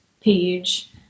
page